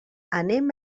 anem